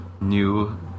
new